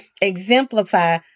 exemplify